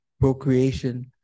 procreation